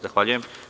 Zahvaljujem.